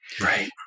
right